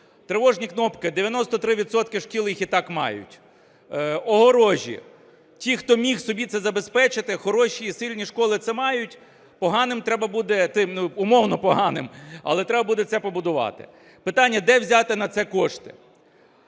Тривожні кнопки: 93 відсотки шкіл їх і так мають. Огорожі: ті, хто міг собі це забезпечити, хороші і сильні школи, це мають, поганим треба буде (умовно поганим), але треба буде це побудувати. Питання: де взяти на це кошти?